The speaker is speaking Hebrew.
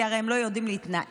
כי הרי הם לא יודעים להתנהג,